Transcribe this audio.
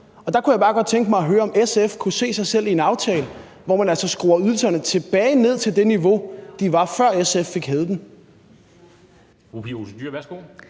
Og der kunne jeg bare godt tænke mig at høre, om SF kunne se sig selv i en aftale, hvor man altså skruer ydelserne tilbage til det niveau, de var på, før SF fik hævet dem.